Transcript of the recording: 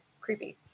creepy